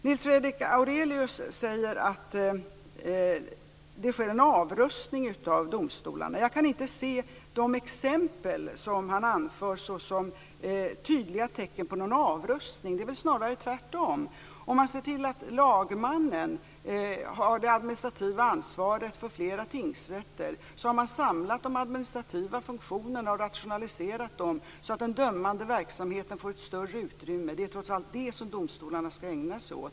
Nils Fredrik Aurelius säger att det sker en avrustning av domstolarna. Jag kan inte se de exempel som han anför såsom tydliga tecken på någon avrustning. Det är snarare tvärtom. Om man ser till att lagmannen har det administrativa ansvaret för flera tingsrätter har man samlat de administrativa funktionerna och rationaliserat dem så att den dömande verksamheten får ett större utrymme. Det är trots allt det som domstolarna skall ägna sig åt.